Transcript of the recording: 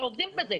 שעובדים זה.